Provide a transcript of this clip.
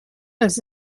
els